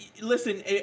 listen